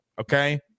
Okay